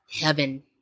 heaven